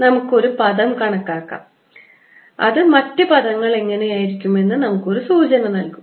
നമുക്ക് ഒരു പദം കണക്കാക്കാം അത് അത് മറ്റ് പദങ്ങൾ എങ്ങനെയായിരിക്കുമെന്ന് നമുക്കൊരു സൂചന നൽകും